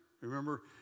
Remember